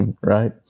right